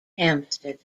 hampstead